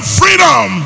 freedom